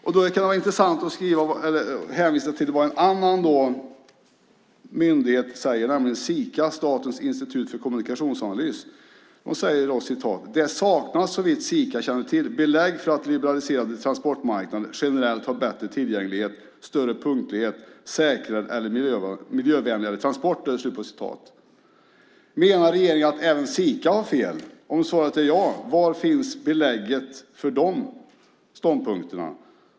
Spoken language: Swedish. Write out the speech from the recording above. Då kan det vara intressant att hänvisa till vad en annan myndighet säger, nämligen Sika, Statens institut för kommunikationsanalys. De skriver: "Det saknas, såvitt Sika känner till, belägg för att liberaliserade transportmarknader generellt har bättre tillgänglighet, större punktlighet, säkrare eller miljövänligare transporter." Menar regeringen att även Sika har fel? Om svaret är ja, var finns belägget för de ståndpunkterna?